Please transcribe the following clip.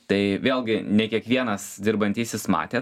tai vėlgi ne kiekvienas dirbantysis matė